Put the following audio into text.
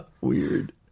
Weird